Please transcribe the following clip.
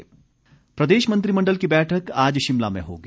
मंत्रिमण्डल प्रदेश मंत्रिमण्डल की बैठक आज शिमला में होगी